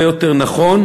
הרבה יותר נכון,